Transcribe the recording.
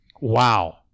Wow